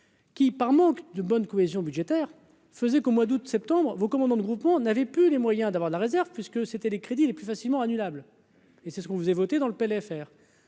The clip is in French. Qui, par manque de bonne cohésion budgétaire faisait qu'au mois d'août septembre vous commandant de groupement, on n'avait plus les moyens d'avoir de la réserve, puisque c'était des crédits les plus facilement annulables et c'est ce qu'on faisait votées dans le PLFR